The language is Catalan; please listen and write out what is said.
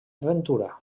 ventura